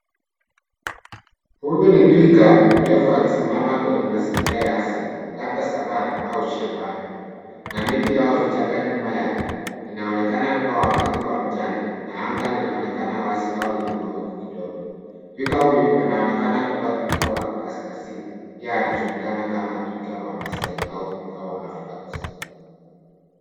Huyu ni twiga mrefu akisimama kwenye mazingira ya asili labda savana au shambani na miti yao vichaka nyuma yake. Inaonekana wakati wa mchana na anga linaonekana wazi au lina mawingu kidogo. Twiga huyu anaonekana kuwa twiga wa Kaskazini pia anajulikana kama twiga wa Maasai au twiga wa Afrik Kusini.